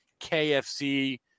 KFC